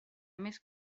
més